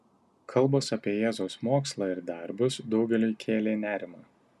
kalbos apie jėzaus mokslą ir darbus daugeliui kėlė nerimą